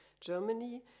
Germany